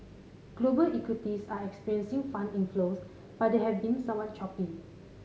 global equities are experiencing fund inflows but they have been somewhat choppy